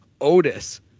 Otis